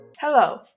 hello